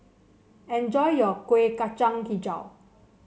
enjoy your Kuih Kacang hijau